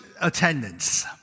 attendance